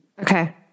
Okay